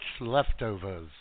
Leftovers